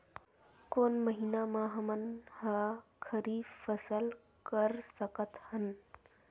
कोन महिना म हमन ह खरीफ फसल कर सकत हन?